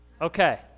Okay